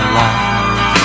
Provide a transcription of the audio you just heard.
life